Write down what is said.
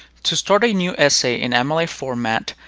to start a new essay in mla format,